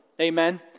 Amen